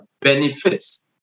benefits